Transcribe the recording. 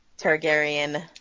Targaryen